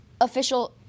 official